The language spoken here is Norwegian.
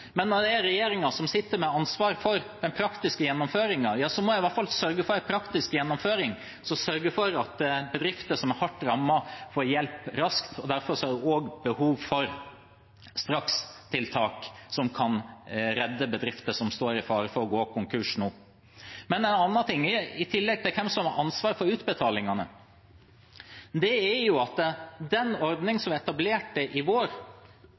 Men når det er regjeringen som sitter med ansvar for den praktiske gjennomføringen, ja, så må en i hvert fall sørge for en praktisk gjennomføring som gjør at bedriftene som er hardt rammet, får hjelp raskt. Derfor er det også behov for strakstiltak som kan redde bedrifter som står i fare for å gå konkurs nå. En annen ting – i tillegg til hvem som har ansvar for utbetalingene – er at den ordningen vi etablerte i vår,